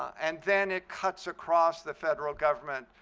and then it cuts across the federal government.